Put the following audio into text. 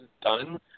done